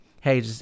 hey